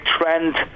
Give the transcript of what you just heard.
trend